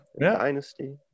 dynasty